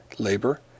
labor